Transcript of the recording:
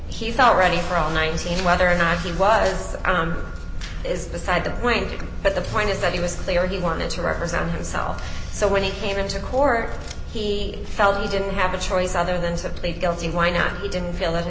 already from nineteen whether or not he was is beside the point but the point is that he was clear he wanted to represent himself so when he came into court he felt he didn't have a choice other than to plead guilty why not he didn't feel